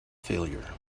failure